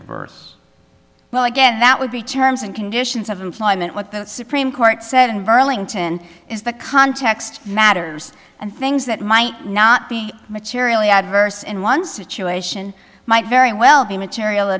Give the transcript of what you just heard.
universe well again that would be terms and conditions of employment what the supreme court said in burlington is the context matters and things that might not be materially adverse in one situation might very well be material